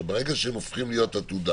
ברגע כשהם הופכים להיות עתודה